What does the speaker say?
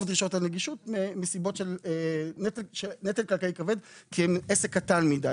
דרישות הנגישות מסיבות של נטל כלכלי כבד כי הם עסק קטן מדי.